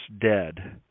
dead